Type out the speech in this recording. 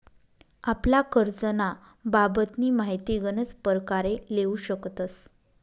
आपला करजंना बाबतनी माहिती गनच परकारे लेवू शकतस